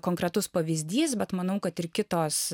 konkretus pavyzdys bet manau kad ir kitos